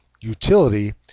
Utility